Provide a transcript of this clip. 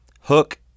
hook